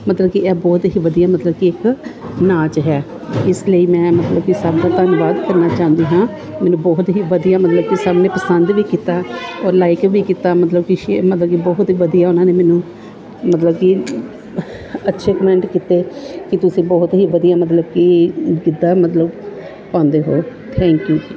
ਮਤਲਬ ਕਿ ਇਹ ਬਹੁਤ ਹੀ ਵਧੀਆ ਮਤਲਬ ਕਿ ਇੱਕ ਨਾਚ ਹੈ ਇਸ ਲਈ ਮੈਂ ਮਤਲਬ ਕਿ ਸਭ ਦਾ ਧੰਨਵਾਦ ਕਰਨਾ ਚਾਹੁੰਦੀ ਹਾਂ ਮੈਨੂੰ ਬਹੁਤ ਹੀ ਵਧੀਆ ਮਤਲਬ ਕਿ ਸਭ ਨੇ ਪਸੰਦ ਵੀ ਕੀਤਾ ਔਰ ਲਾਈਕ ਵੀ ਕੀਤਾ ਮਤਲਬ ਕਿ ਸ਼ੇਅ ਮਤਲਬ ਕਿ ਬਹੁਤ ਹੀ ਵਧੀਆ ਉਹਨਾਂ ਨੇ ਮੈਨੂੰ ਮਤਲਬ ਕਿ ਅੱਛੇ ਕਮੈਂਟ ਕੀਤੇ ਕਿ ਤੁਸੀਂ ਬਹੁਤ ਹੀ ਵਧੀਆ ਮਤਲਬ ਕਿ ਗਿੱਧਾ ਮਤਲਬ ਪਾਉਂਦੇ ਹੋ ਥੈਂਕ ਯੂ